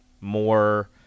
more